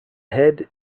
head